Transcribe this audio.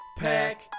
pack